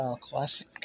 Classic